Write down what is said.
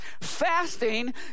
Fasting